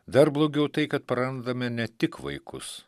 dar blogiau tai kad prarandame ne tik vaikus